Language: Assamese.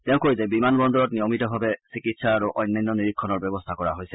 তেওঁ কয় যে বিমান বন্দৰত নিয়মিতভাৱে চিকিৎসা আৰু অন্যান্য নিৰীক্ষণৰ ব্যৱস্থা কৰা হৈছে